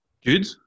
Good